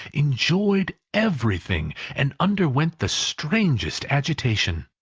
enjoyed everything, and underwent the strangest agitation.